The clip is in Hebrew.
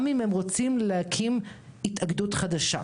למשל: אם הם רוצים להקים התאגדות חדשה,